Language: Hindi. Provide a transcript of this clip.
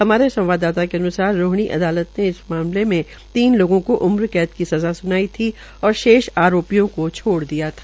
हमारे संवाददाता के अन्सार रोहिणी अदालत ने इस मामले में तीन लोगों को उम्र कैद की सज़ा स्नाई थी और शेष आरोपियो को छोड़ दिया था